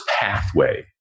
pathway